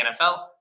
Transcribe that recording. NFL